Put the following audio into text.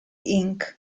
inc